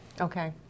Okay